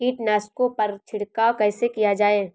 कीटनाशकों पर छिड़काव कैसे किया जाए?